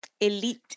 elite